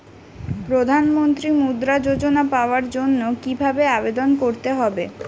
প্রধান মন্ত্রী মুদ্রা যোজনা পাওয়ার জন্য কিভাবে আবেদন করতে হবে?